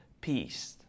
peace